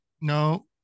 No